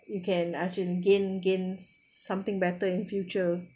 you can actually gain gain something better in future